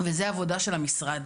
וזה עבודה של המשרד